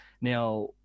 Now